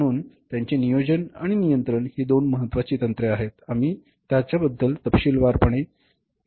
म्हणून त्यांचे नियोजन आणि नियंत्रण ही दोन महत्त्वाची तंत्रे आहेत आणि आम्ही त्यांच्याबद्दल तपशीलवार शिकू